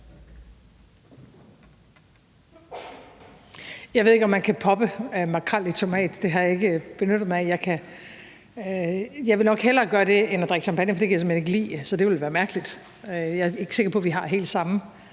Jeg ved ikke, om man kan poppe makrel i tomat; det har jeg ikke benyttet mig af. Jeg vil nok hellere gøre det end at drikke champagne, for det kan jeg simpelt hen ikke lide, så det ville være mærkeligt. Jeg er ikke sikker på, at vi, Dansk